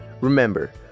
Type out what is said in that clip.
Remember